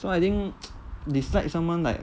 so I think dislike someone like